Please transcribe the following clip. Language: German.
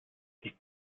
die